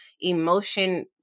emotion